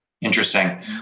Interesting